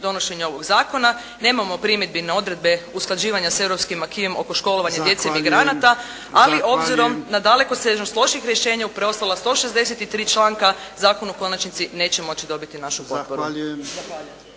donošenje ovog zakona, nemamo primjedbi na odredbe usklađivanja sa europskim aquisem oko školovanja djece migranata, ali obzirom na dalekosežnost loših rješenja u preostala 163 članka, zakon u konačnici neće moći dobiti našu …